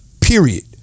Period